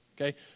okay